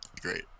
Great